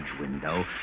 window